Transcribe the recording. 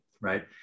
right